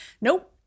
Nope